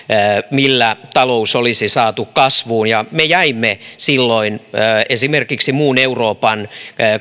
millä talous olisi saatu kasvuun ja me jäimme silloin esimerkiksi muun euroopan